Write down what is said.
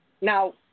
Now